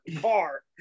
car